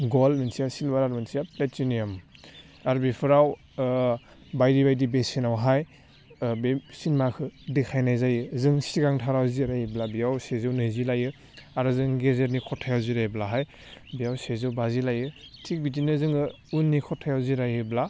gold मोनसेया silver मोनसेया platinum आरो बिफोराव बायदि बायदि बेसेनावहाय बे सिनिमाखो देखायनाय जायो जों सिगांथाराव जिरायोब्ला बेयाव सेजौ नैजि लायो आरो जों गेजेरनि ख'थायाव जिरायब्लाहाय बेयाव सेजौ बाजि लायो थिग बिदिनो जोङो उननि ख'थायाव जिरायोब्ला